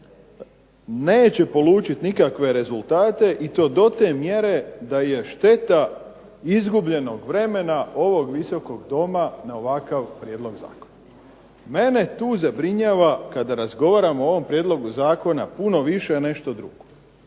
neće polučiti nikakve rezultate i to do te mjere da je šteta izgubljenog vremena ovog Visokog doma na ovakav prijedlog zakona. Mene tu zabrinjava kada razgovaramo o ovom prijedlogu zakona puno više nešto drugo.